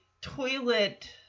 toilet